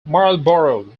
marlborough